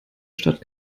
stadt